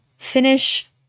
finish